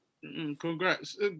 Congrats